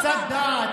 קצת דעת,